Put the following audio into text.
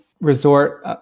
resort